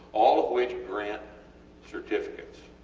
all of which grant certificates,